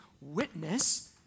witness